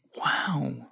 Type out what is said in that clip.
Wow